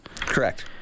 Correct